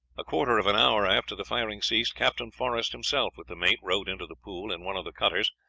a quarter of an hour after the firing ceased, captain forrest himself, with the mate, rowed into the pool in one of the cutters,